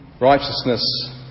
righteousness